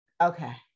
okay